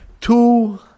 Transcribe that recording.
two